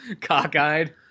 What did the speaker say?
cockeyed